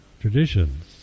traditions